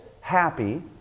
happy